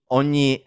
ogni